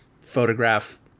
photograph